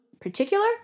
particular